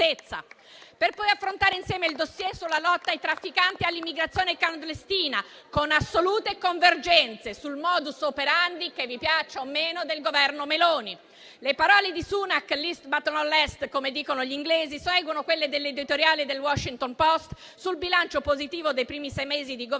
per poi affrontare insieme il *dossier* sulla lotta ai trafficanti e all'immigrazione clandestina, con assolute convergenze sul *modus operandi* - che vi piaccia o meno - del Governo Meloni. Le parole di Sunak - *last but not least*, come dicono gli inglesi - seguono quelle dell'editoriale del «The Washington Post» sul bilancio positivo dei primi sei mesi di Governo